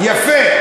יפה.